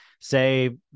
Say